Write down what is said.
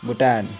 Bhutan